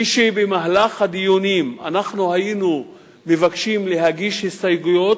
כשבמהלך הדיונים אנחנו היינו מבקשים להגיש הסתייגויות,